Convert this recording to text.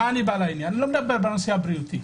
אני לא מדבר בנושא הבריאותי,